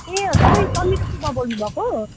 ए तपाईँ समिरा सुब्बा बोल्नु भएको